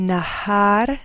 Nahar